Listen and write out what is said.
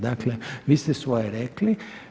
Dakle vi ste svoje rekli.